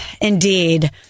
Indeed